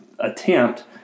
attempt